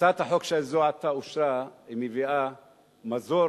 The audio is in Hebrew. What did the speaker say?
הצעת החוק שזה עתה אושרה מביאה מזור,